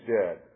dead